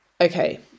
Okay